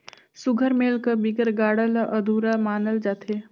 सुग्घर मेल कर बिगर गाड़ा ल अधुरा मानल जाथे